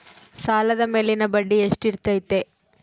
ಸಾಲದ ಮೇಲಿನ ಬಡ್ಡಿ ಎಷ್ಟು ಇರ್ತೈತೆ?